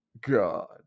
God